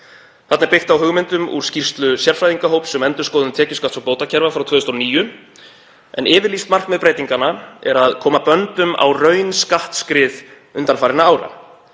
Þarna er byggt á hugmyndum úr skýrslu sérfræðingahóps um endurskoðun tekjuskatts og bótakerfa frá 2009 en yfirlýst markmið breytinganna er að koma böndum á raunskattsskrið undanfarinna ára.